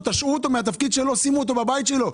תשעו אותו, שימו אותו בבית שלו.